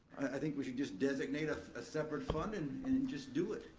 i think we should just designate a separate fund and and and just do it.